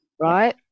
right